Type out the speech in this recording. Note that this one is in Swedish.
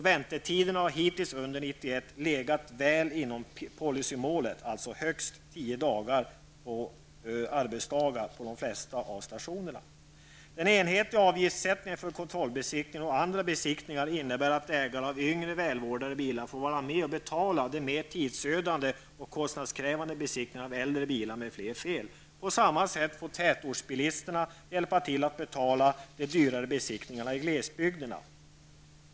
Väntetiderna har hittills under 1991 legat väl inom policymålet, högst tio arbetsdagar, på de flesta av stationerna. Den enhetliga avgiftssättningen för kontrollbesiktning och andra besiktningar innebär att ägare av yngre, välvårdade bilar får vara med och betala de mera tidsödande och kostnadskrävande besiktningarna av äldre bilar med fler fel. På samma sätt får tätortsbilisterna hjälpa till att betala de dyrare besiktningarna i glesbygderna.